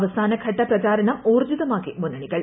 അവസാനഘട്ട പ്രചാരണം ഊർജ്ജിതമാക്കി മുന്നണികൾ